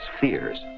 fears